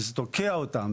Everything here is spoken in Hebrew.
וזה תוקע אותם.